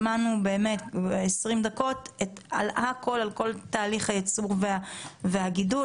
שמענו במשך 20 דקות הכול על תהליך הייצור והגידול,